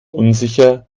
unsicher